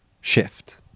shift